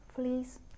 Please